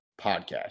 podcast